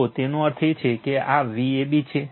તો તેનો અર્થ એ છે કે આ Vab છે